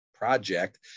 Project